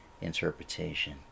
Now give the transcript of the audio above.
interpretation